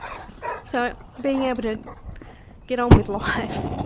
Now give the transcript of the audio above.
so, being able to get on with life,